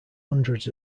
hundreds